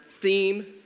theme